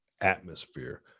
atmosphere